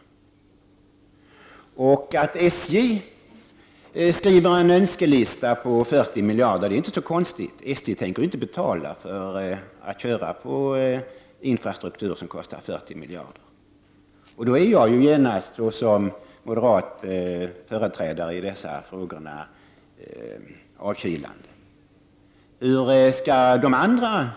Det är inte så konstigt att SJ har skrivit en önskelista om 40 miljarder kronor. SJ tänker inte betala för att använda sig av en infrastruktur som kostar 40 miljarder kronor. Jag blir då genast som moderat företrädare i dessa frågor avkylande.